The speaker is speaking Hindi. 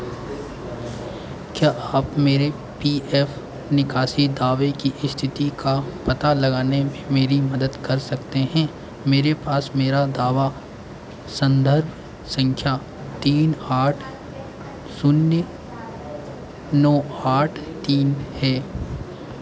क्या आप मेरे पी एफ निकासी दावे की स्थिति का पता लगाने में मेरी मदद कर सकते हैं मेरे पास मेरा दावा संदर्भ संख्या तीन आठ शून्य नौ आठ तीन है